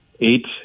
eight